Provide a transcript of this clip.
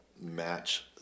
match